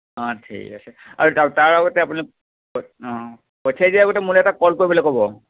অঁ ঠিক আছে আৰু তাৰ তাৰ আগতে আপুনি অঁ পঠিয়াই দিয়াৰ আগতে মোলৈ এটা ক'ল কৰিবলৈ ক'ব